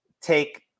take